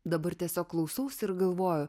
dabar tiesiog klausausi ir galvoju